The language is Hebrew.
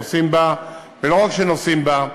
נוסעים בה,